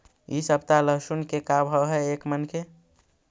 इ सप्ताह लहसुन के का भाव है एक मन के?